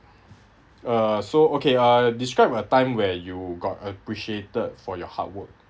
uh so okay uh describe a time where you got appreciated for your hard work